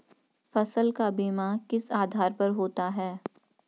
फसल का बीमा किस आधार पर होता है?